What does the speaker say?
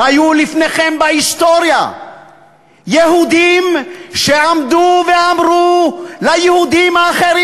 היו לפניכם בהיסטוריה יהודים שעמדו ואמרו ליהודים האחרים,